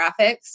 graphics